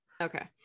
Okay